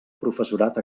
professorat